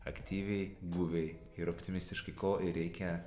aktyviai guviai ir optimistiškai ko ir reikia